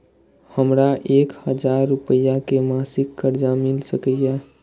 हमरा एक हजार रुपया के मासिक कर्जा मिल सकैये?